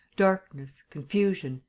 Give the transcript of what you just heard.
darkness, confusion,